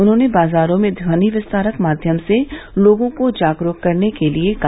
उन्होंने बाजारों में ध्वनि विस्तारक माध्यम से लोगों को जागरूक करने के लिए कहा